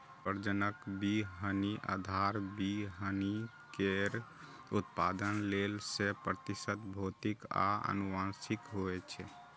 प्रजनक बीहनि आधार बीहनि केर उत्पादन लेल सय प्रतिशत भौतिक आ आनुवंशिक होइ छै